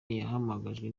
yahamagajwe